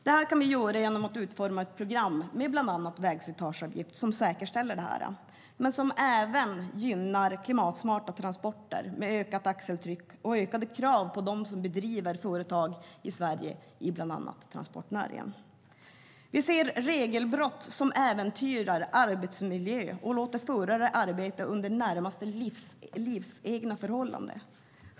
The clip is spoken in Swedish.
Det kan vi få genom att utforma ett program med bland annat vägslitageavgift som säkerställer det, men även gynnar klimatsmarta transporter med ökat axeltryck och ökade krav på dem som driver företag i Sverige inom bland annat transportnäringen. Vi ser regelbrott som äventyrar arbetsmiljön, där förare får arbeta under i det närmaste livegna förhållanden.